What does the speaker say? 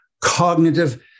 cognitive